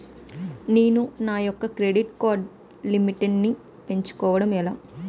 నేను నా యెక్క క్రెడిట్ కార్డ్ లిమిట్ నీ పెంచుకోవడం ఎలా?